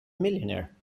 millionaire